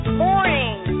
morning